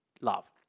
love